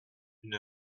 une